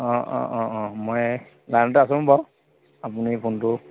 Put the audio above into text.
অঁ অঁ অঁ অঁ মই লাইনতে আছোঁ বাৰু আপুনি ফোনটো